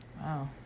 Wow